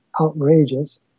outrageous